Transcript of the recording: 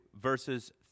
verses